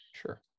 Sure